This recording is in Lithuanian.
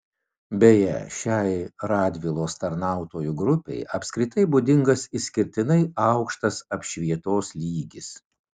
beje šiai radvilos tarnautojų grupei apskritai būdingas išskirtinai aukštas apšvietos lygis